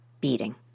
beating